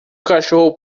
cachorro